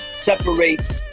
separates